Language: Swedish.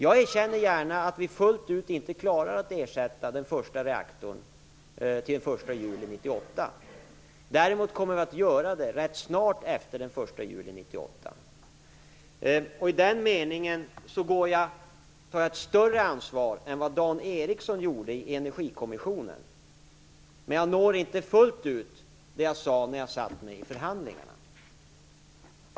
Jag erkänner gärna att vi inte fullt ut klarar att ersätta den första reaktorn till den 1 juli 1998. Däremot kommer vi att göra det rätt snart efter den 1 juli 1998. I den meningen tar jag ett större ansvar än vad Dan Ericsson gjorde i Energikommissionen, men jag uppnår inte fullt ut det jag sade när jag satt med i förhandlingarna.